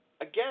Again